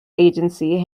agency